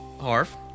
Harf